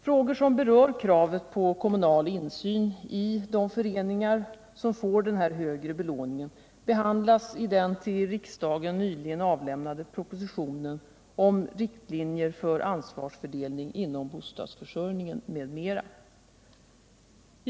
Frågor som berör kravet på kommunal insyn i de föreningar som får denna högre belåning behandlas i den till riksdagen nyligen avlämnade propositionen om riktlinjer för ansvarsfördelning inom bostadsförsörjningen m.m.